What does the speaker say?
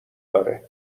داره